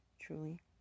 truly